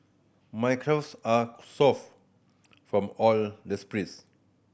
my calves are from all the sprints